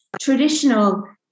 traditional